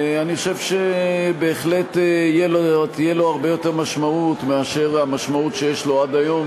אני חושב שבהחלט תהיה לו הרבה יותר משמעות מהמשמעות שיש לו עד היום.